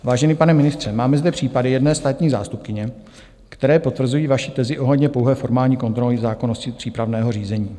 Vážený pane ministře, máme zde případy jedné státní zástupkyně, které potvrzují vaši tezi ohledně pouhé formální kontroly zákonnosti přípravného řízení.